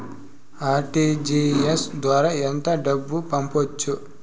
RTGS ద్వారా ఎంత డబ్బు పంపొచ్చు?